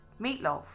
Meatloaf